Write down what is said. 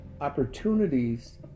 opportunities